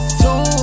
two